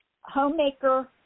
homemaker